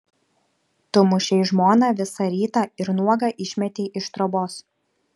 tu mušei žmoną visą rytą ir nuogą išmetei iš trobos